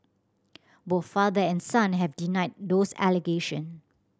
both father and son have denied those allegation